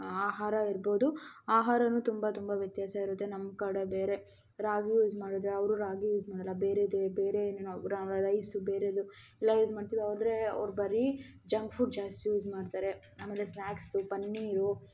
ಆಹಾರ ಇರ್ಬೋದು ಆಹಾರವೂ ತುಂಬ ತುಂಬ ವ್ಯತ್ಯಾಸ ಇರುತ್ತೆ ನಮ್ಮ ಕಡೆ ಬೇರೆ ರಾಗಿ ಯೂಸ್ ಮಾಡಿದ್ರೆ ಅವರು ರಾಗಿ ಯೂಸ್ ಮಾಡೋಲ್ಲ ಬೇರೆಯದೆ ಬೇರೆ ಇನ್ನೇನೋ ರೈಸು ಬೇರೆಯದು ಎಲ್ಲ ಇದು ಮಾಡ್ತೀವಿ ಆದರೆ ಅವರು ಬರೀ ಜಂಕ್ ಫುಡ್ ಜಾಸ್ತಿ ಯೂಸ್ ಮಾಡ್ತಾರೆ ಆಮೇಲೆ ಸ್ನ್ಯಾಕ್ಸು ಪನ್ನೀರು